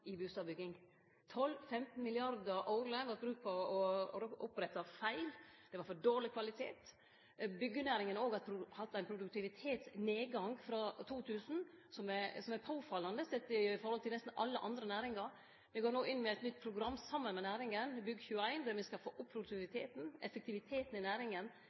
i bustadbygginga. 12–15 mrd. kr årleg vart brukte på å rette opp feil. Det var for dårleg kvalitet. Byggjenæringa har òg hatt ein produktivitetsnedgang frå 2000 som er påfallande sett i forhold til nesten alle andre næringar. Eg går no saman med næringa inn med eit nytt program, Bygg21, der me skal få opp produktiviteten og effektiviteten i næringa.